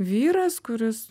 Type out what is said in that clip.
vyras kuris